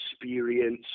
experience